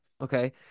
Okay